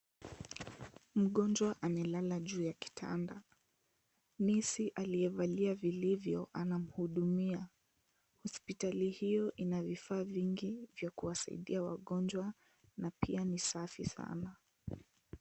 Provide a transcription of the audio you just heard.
Mgonjwa amelala juu ya kitanda. Nesi aliyevalia vilivyo anamhudumia. Hospitali hiyo ina vifaa vingi vya kuwasaidia wagonjwa na pia ni safi sana.